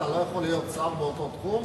אתה לא יכול להיות שר באותו תחום?